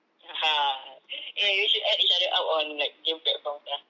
eh we should add each other up on like game platforms sia